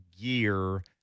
gear